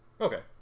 Okay